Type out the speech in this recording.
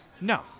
No